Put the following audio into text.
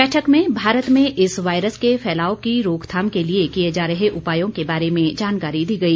बैठक में भारत में इस वायरस के फैलाव की रोकथाम के लिए किए जा रहे उपायों के बारे में जानकारी दी गई